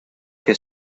que